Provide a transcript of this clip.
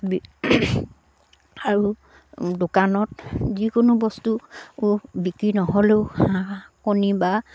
আৰু দোকানত যিকোনো বস্তু বিক্ৰী নহ'লেও হাঁহ কণী বা